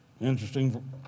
interesting